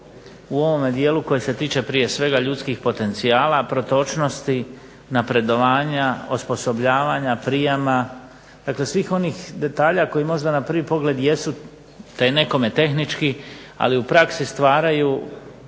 u ovom dijelu koji se tiče prije svega ljudskih potencijala, protočnosti, napredovanja, osposobljavanja, prijama dakle svih onih detalja koji možda na prvi pogled jesu nekome tehnički ali u praksi stvaraju